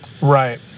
Right